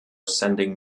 sending